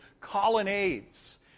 colonnades